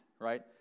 right